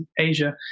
Asia